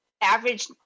average